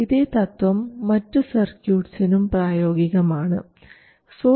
ഇതേ തത്വം മറ്റു സർക്യൂട്ട്സിനും പ്രായോഗികം ആണ്